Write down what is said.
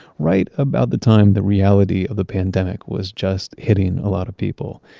right about the time the reality of the pandemic was just hitting a lot of people.